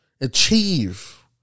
Achieve